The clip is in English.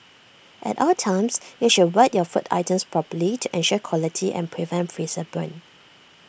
at all times you should wrap your food items properly to ensure quality and prevent freezer burn